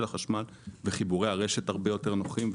החשמל וחיבורי הרשת הרבה יותר נוחים.